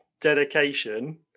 dedication